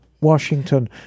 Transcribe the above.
Washington